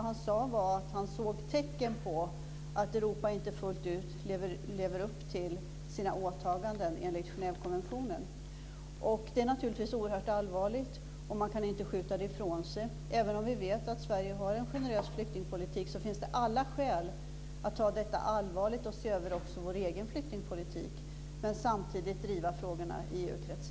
Han sade att han såg tecken på att Europa inte fullt ut lever upp till sina åtaganden enligt Genèvekonventionen. Det är naturligtvis oerhört allvarligt, och man kan inte skjuta det ifrån sig. Även om vi vet att Sverige har en generös flyktingpolitik finns det alla skäl att ta detta allvarligt och också att se över vår egen flyktingpolitik. Men vi ska samtidigt driva frågorna i EU